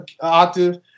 octave